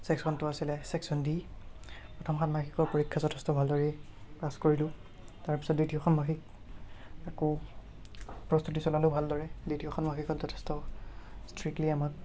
চেকচনটো আছিলে section D প্ৰথম ষাণ্মাসিকৰ পৰীক্ষা যথেষ্ট ভালদৰেই পাছ কৰিলোঁ তাৰপিছত দ্বিতীয় ষান্মাসিক আকৌ প্ৰস্তুতি চলালোঁ ভালদৰে দ্বিতীয় ষাণ্মাসিকত যথেষ্ট ষ্ট্ৰিক্টলি আমাক